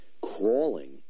crawling